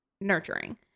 nurturing